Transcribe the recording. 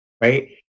right